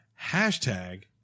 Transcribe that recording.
Hashtag